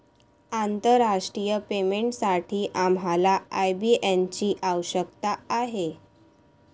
आंतरराष्ट्रीय पेमेंटसाठी आम्हाला आय.बी.एन ची आवश्यकता आहे